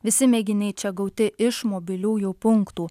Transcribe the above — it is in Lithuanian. visi mėginiai čia gauti iš mobiliųjų punktų